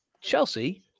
Chelsea